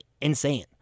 insane